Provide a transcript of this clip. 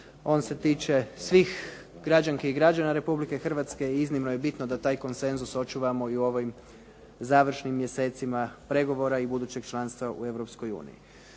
On se tiče svih građana i građanki Republike Hrvatske i iznimno je bitno da taj konsenzus očuvamo i u ovim završnim mjesecima pregovorima i budućeg članstva u